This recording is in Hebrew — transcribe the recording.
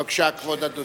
בבקשה, כבוד אדוני.